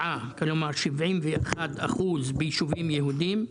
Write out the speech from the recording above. - כלומר 71 אחוז - ביישובים יהודיים,